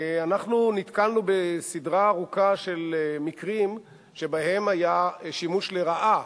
אנחנו נתקלנו בסדרה ארוכה של מקרים שבהם היה שימוש לרעה